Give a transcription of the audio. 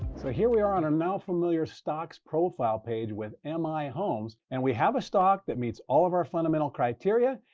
here we are on a now-familiar stock's profile page with m i homes and we have a stock that meets all of our fundamental criteria.